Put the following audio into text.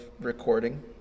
recording